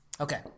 Okay